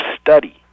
study